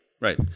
Right